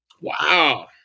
Wow